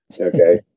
Okay